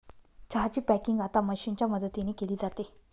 चहा ची पॅकिंग आता मशीनच्या मदतीने केली जाते